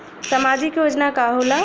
सामाजिक योजना का होला?